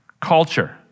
culture